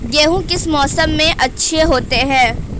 गेहूँ किस मौसम में अच्छे होते हैं?